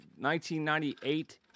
1998